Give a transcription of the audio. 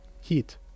heat